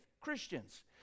christians